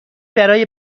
برای